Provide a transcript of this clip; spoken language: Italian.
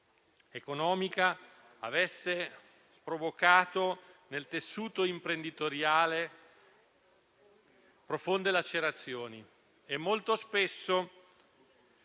economica, avesse provocato nel tessuto imprenditoriale profonde lacerazioni e molto spesso